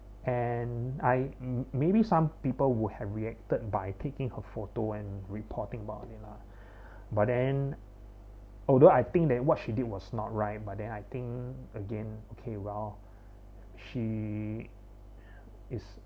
and I m~ maybe some people will have reacted by taking a photo and reporting about it lah but then although I think that what she did was not right but then I think again okay well she is